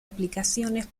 aplicaciones